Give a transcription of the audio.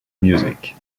music